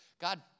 God